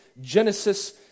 Genesis